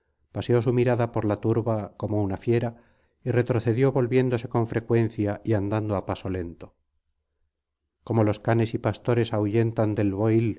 paseó su mirada por la turba como una fiera y retrocedió volviéndose con frecuencia y andando á paso lento como los canes y pastores ahuyentan del